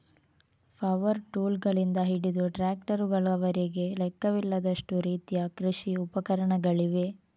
power ಟೂಲ್ಗಳಿಂದ ಹಿಡಿದು ಟ್ರಾಕ್ಟರುಗಳವರೆಗೆ ಲೆಕ್ಕವಿಲ್ಲದಷ್ಟು ರೀತಿಯ ಕೃಷಿ ಉಪಕರಣಗಳಿವೆ